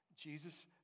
Jesus